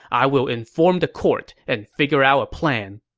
i will inform the court and figure out a plan.